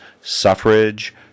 suffrage